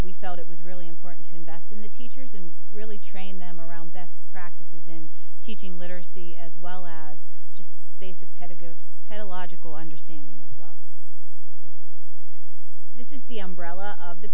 we felt it was really important to invest in the teachers and really train them around best practices in teaching literacy as well as just basic pedagogy pedal logical understanding as well this is the umbrella of the